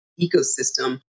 ecosystem